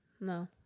No